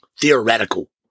theoretical